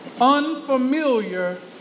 unfamiliar